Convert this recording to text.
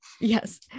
Yes